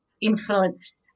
influenced